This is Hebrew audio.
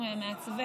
השרה,